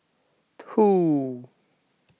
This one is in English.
two